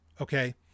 Okay